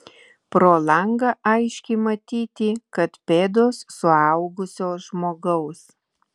pro langą aiškiai matyti kad pėdos suaugusio žmogaus